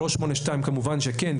3.8.2 כמובן שכן,